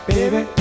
Baby